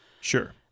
Sure